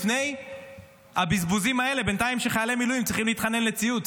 לפני הבזבוזים האלה בינתיים שחיילי מילואים צריכים להתחנן לציוד,